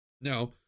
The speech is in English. Now